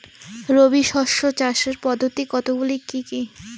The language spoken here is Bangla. রবি শস্য চাষের পদ্ধতি কতগুলি কি কি?